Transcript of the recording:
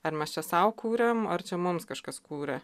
ar mes čia sau kūrėm ar čia mums kažkas kūrė